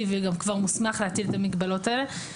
וגם כבר מוסמך להטיל את המגבלות האלה.